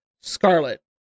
Scarlet